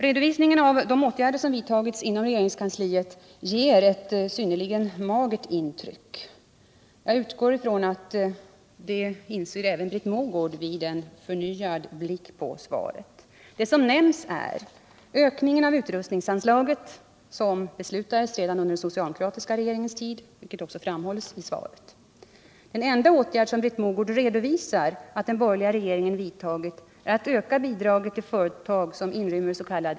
Redovisningen av de åtgärder som vidtagits inom regeringskansliet ger ett synnerligen magert intryck. Jag utgår ifrån att även Britt Mogård inser detta vid en förnyad blick på svaret. Det som nämnts är ökningen av utrustningsbidraget, som beslutades redan under den socialdemokratiska regeringens tid, något som också framhålls i svaret. Den enda åtgärd som Britt Mogård redovisar att den borgerliga regeringen vidtagit är att öka bidraget till företag som inrymmers.k.